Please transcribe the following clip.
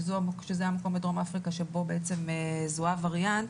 שזה המקום בדרום אפריקה שבו בעצם זוהה הווריאנט,